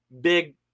big